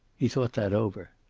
he thought that over.